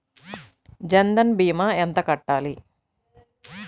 జన్ధన్ భీమా ఎంత కట్టాలి?